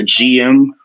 GM